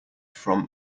from